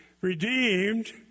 redeemed